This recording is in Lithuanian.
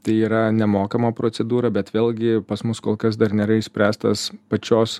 tai yra nemokama procedūra bet vėlgi pas mus kol kas dar nėra išspręstas pačios